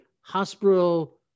hospital